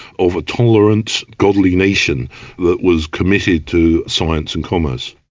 of a tolerant, godly nation that was committed to science and commerce.